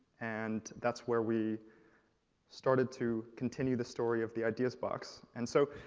and that's where we started to continue the story of the ideas box. and so,